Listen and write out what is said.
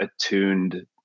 attuned